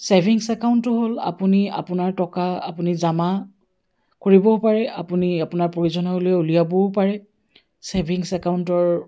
savings একাউণ্টটো হ'ল আপুনি আপোনাৰ টকা আপুনি জমা কৰিবও পাৰে আপুনি আপোনাৰ প্ৰয়োজন হ'লে উলিয়াবও পাৰে ছেভিংছ একাউণ্টৰ